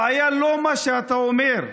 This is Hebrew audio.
הבעיה היא לא מה שאתה אומר,